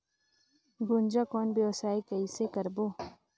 गुनजा कौन व्यवसाय कइसे करबो?